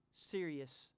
serious